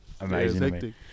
amazing